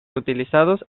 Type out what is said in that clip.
utilizados